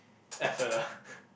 effort ah